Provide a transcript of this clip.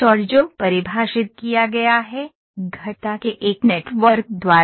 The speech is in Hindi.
और जो परिभाषित किया गया है घटता के एक नेटवर्क द्वारा